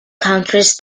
countries